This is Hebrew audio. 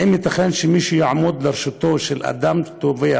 האם ייתכן שמי שיעמדו לרשותו של אדם טובע